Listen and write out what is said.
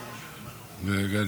אומר?